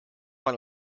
mal